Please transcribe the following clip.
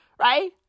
Right